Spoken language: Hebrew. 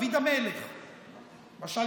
דוד המלך משל